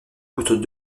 gouttes